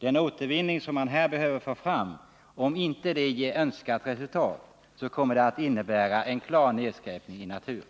Om försöken att få fram den behövliga återvinningen inte ger önskat resultat, kommer det att innebära en klar nedskräpning i naturen.